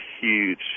huge